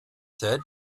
said